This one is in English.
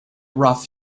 rough